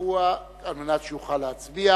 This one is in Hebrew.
הקבוע על מנת שהוא יוכל להצביע.